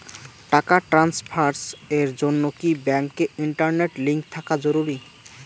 টাকা ট্রানস্ফারস এর জন্য কি ব্যাংকে ইন্টারনেট লিংঙ্ক থাকা জরুরি?